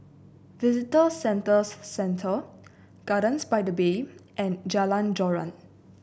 Visitor Services Centre Gardens by the Bay and Jalan Joran